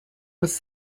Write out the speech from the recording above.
was